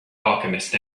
alchemist